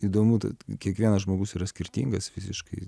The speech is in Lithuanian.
įdomu kiekvienas žmogus yra skirtingas fiziškai